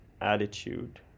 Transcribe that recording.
attitude